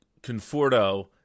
Conforto